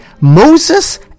Moses